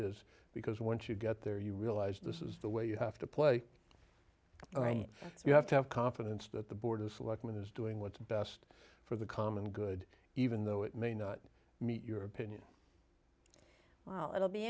is because once you get there you realize this is the way you have to play so you have to have confidence that the board of selectmen is doing what's best for the common good even though it may not meet your opinion well it'll be